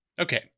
Okay